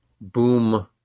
boom